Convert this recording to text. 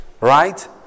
Right